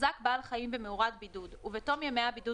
(א)הוחזק בעל חיים במאורת בידוד ובתום ימי הבידוד